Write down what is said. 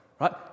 right